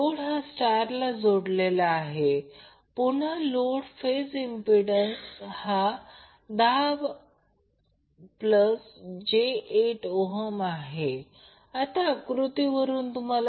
आता सोर्सवर Ss म्हणजे S सफिक्स s लहान s म्हणजे source 3 Vp I p conjugate कारण three phase system Vp I p conjugate 3